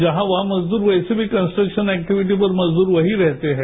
जहां वहां मजदूर वैसे भी कन्सट्रक्शन एक्टिविटीज पर मजदूर वहीं रहते हैं